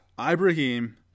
Ibrahim